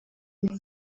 and